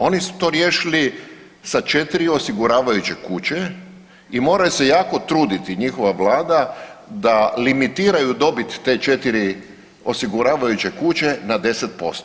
Oni su to riješili sa 4 osiguravajuće kuće i moraju se jako truditi, njihova vlada da limitiraju dobit te 4 osiguravajuće kuće na 10%